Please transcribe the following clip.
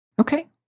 Okay